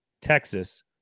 Texas